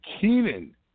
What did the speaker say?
Keenan